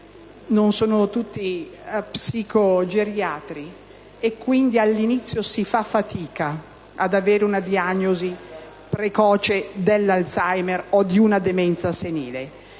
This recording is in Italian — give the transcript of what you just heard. non sono tutti psicogeriatri. Quindi, si fa fatica ad avere una diagnosi precoce dell'Alzheimer o di una demenza senile.